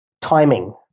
timing